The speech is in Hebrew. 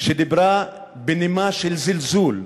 שדיברה בנימה של זלזול,